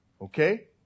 Okay